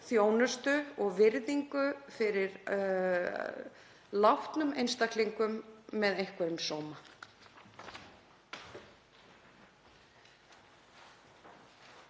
þjónustu og virðingu fyrir látnum einstaklingum með einhverjum sóma.